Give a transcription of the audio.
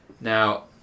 now